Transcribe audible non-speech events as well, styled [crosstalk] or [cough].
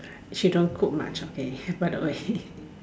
she don't cook much okay [breath] by the way